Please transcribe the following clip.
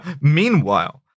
Meanwhile